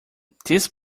this